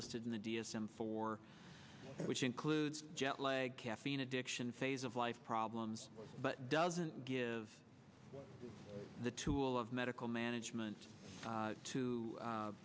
listed in the d s m four which includes jet lag caffeine addiction phase of life problems but doesn't give the tool of medical management